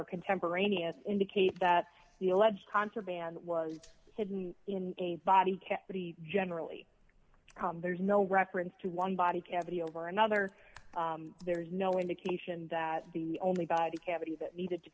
are contemporaneous indicate that the alleged contraband was hidden in a body cavity generally there's no reference to one body cavity over another there is no indication that the only body cavity that needed to